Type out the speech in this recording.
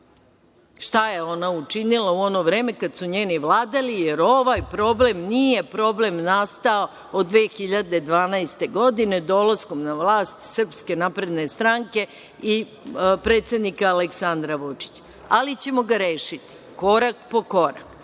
Šta je ona učinila u ono vreme kada su njeni vladali, jer ovaj problem nije nastao od 2012. godine dolaskom na vlast SNS i predsednika Aleksandra Vučića. Ali ćemo ga rešiti korak po korak.